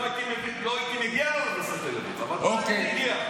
לא הייתי מגיע למסדרת, אבל אתה אומר לי שהגיע.